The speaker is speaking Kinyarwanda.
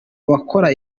abakora